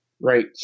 Right